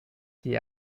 die